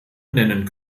nennen